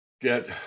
get